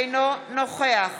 אינו נוכח